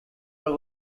are